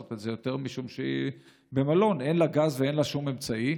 את זה יותר משום שהיא במלון ואין לה גז ואין לה שום אמצעי.